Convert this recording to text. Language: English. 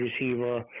receiver